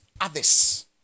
others